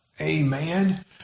Amen